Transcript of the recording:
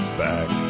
back